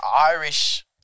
Irish